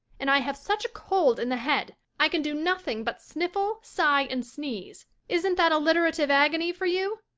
and i have such a cold in the head i can do nothing but sniffle, sigh and sneeze. isn't that alliterative agony for you?